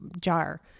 jar